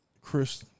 Chris